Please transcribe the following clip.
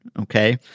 Okay